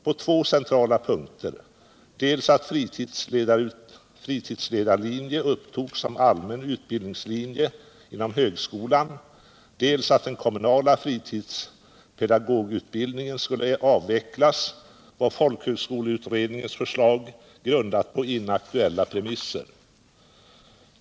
På två centrala punkter, dels att fritidsledarlinje upptogs som allmän utbildningslinje inom högskolan, dels att den kommunala fritidspedagogutbildningen skulle avvecklas, var folkhögskoleutredningens förslag grundat på inaktuella premisser.